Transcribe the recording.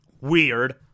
Weird